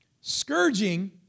Scourging